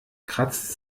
kratzt